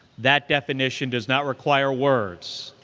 that definition does not require words.